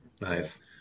Nice